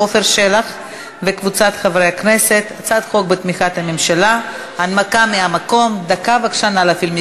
לוועדת החוקה, חוק ומשפט נתקבלה.